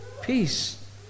Peace